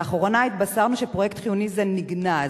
לאחרונה התבשרנו שפרויקט חיוני זה נגנז.